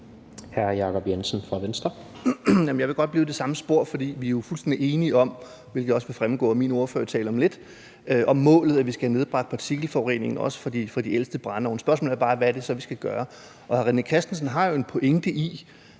12:46 Jacob Jensen (V): Jeg vil godt blive i det samme spor. Vi er fuldstændig enige om målet, hvilket også vil fremgå af min ordførertale om lidt, nemlig at vi skal have nedbragt partikelforureningen også fra de ældste brændeovne. Spørgsmålet er bare, hvad det så er, vi skal gøre. Hr. René Christensen har jo en pointe i,